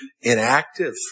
inactive